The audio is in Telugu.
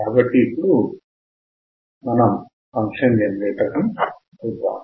కాబట్టి ఇప్పుడు ఫంక్షన్ జనరేటర్ ని చూద్దాము